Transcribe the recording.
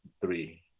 three